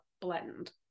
blend